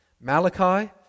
Malachi